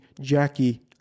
Jackie